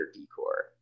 decor